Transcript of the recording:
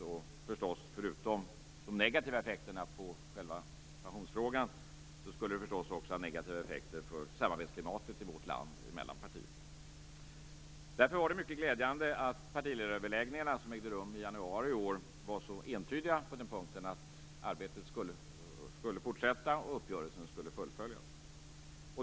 Förutom att det skulle få negativa effekter för själva pensionsfrågan skulle det förstås få negativa effekter vad gäller klimatet för samarbete mellan partierna i vårt land. Därför var det mycket glädjande att man i partliledaröverläggningarna, som ägde rum i januari i år, var så entydig om att arbetet skulle fortsätta och uppgörelsen skulle fullföljas.